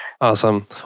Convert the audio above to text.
Awesome